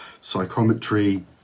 psychometry